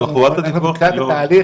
אנחנו בתחילת התהליך,